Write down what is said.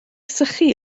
sychu